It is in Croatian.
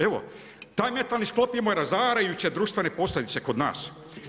Evo, taj metalni sklop ima razarajuće društvene posljedice kod nas.